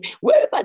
wherever